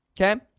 Okay